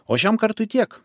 o šiam kartui tiek